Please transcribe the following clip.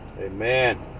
Amen